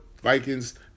Vikings